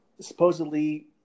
supposedly